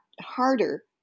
harder